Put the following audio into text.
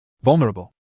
Vulnerable